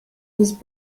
was